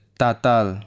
tatal